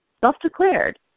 self-declared